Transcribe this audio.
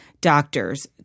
doctors